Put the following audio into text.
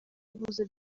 yabuze